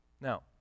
Now